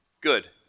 good